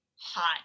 hot